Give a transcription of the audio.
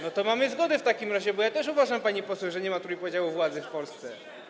No to mamy zgodę w takim razie, bo ja też uważam, pani poseł, że nie ma trójpodziału władzy w Polsce.